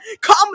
Come